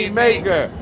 maker